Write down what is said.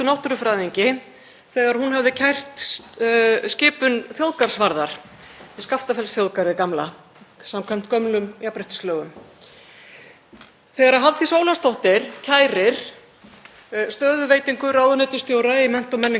Þegar Hafdís Ólafsdóttur kærir stöðuveitingu ráðuneytisstjóra í mennta- og menningarmálaráðuneytinu er hún að nýta rétt sinn samkvæmt lögum og niðurstaðan er samkvæmt því